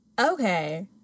Okay